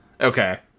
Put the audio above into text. Okay